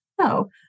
No